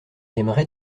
aimerait